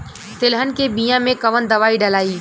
तेलहन के बिया मे कवन दवाई डलाई?